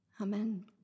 Amen